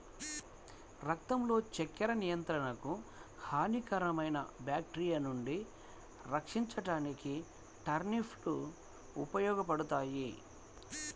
రక్తంలో చక్కెర నియంత్రణకు, హానికరమైన బ్యాక్టీరియా నుండి రక్షించడానికి టర్నిప్ లు ఉపయోగపడతాయి